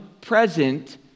present